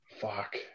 Fuck